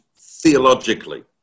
theologically